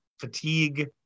fatigue